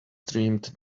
streamed